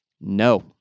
No